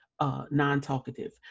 non-talkative